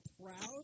proud